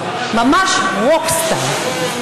ממש רוק סטאר,